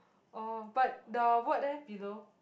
oh but the word leh below